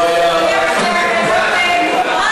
אולי תשכנע אותנו.